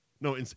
No